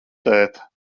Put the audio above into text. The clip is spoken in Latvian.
tēt